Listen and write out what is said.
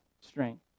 strength